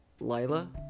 Lila